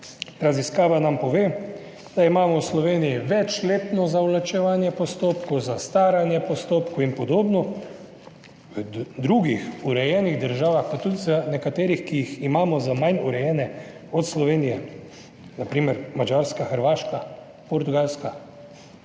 Raziskava nam pove, da imamo v Sloveniji večletno zavlačevanje postopkov, zastaranje postopkov in podobno. V drugih urejenih državah, pa tudi v nekaterih, ki jih imamo za manj urejene od Slovenije, na primer Madžarska, Hrvaška, Portugalska,